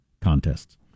contests